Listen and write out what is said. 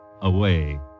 away